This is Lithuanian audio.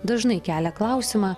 dažnai kelia klausimą